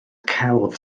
celf